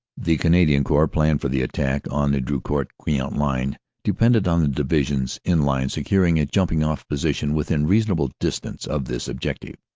the canad ian corps' plan for the attack on the drocourt queant line depended on the divisions in line securing a jump ing off position within reasonable distance of this objective.